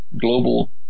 global